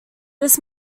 this